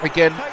Again